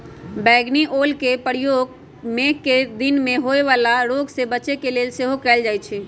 बइगनि ओलके प्रयोग मेघकें दिन में होय वला रोग से बच्चे के लेल सेहो कएल जाइ छइ